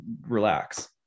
relax